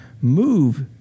move